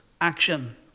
action